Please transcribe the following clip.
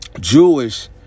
Jewish